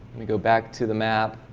we go back to the map